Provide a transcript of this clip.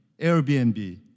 Airbnb